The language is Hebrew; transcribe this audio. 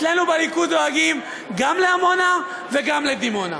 אצלנו בליכוד דואגים גם לעמונה וגם לדימונה.